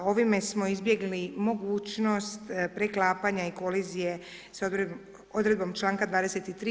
Ovime smo izbjegli mogućnost preklapanja i kolizije s odredbom članka 23.